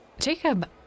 Jacob